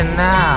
now